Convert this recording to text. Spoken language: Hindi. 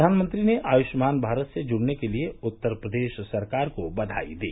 प्रधानमंत्री ने आयुष्मान भारत से जुड़ने के लिए उत्तर प्रदेश सरकार को बधाई दी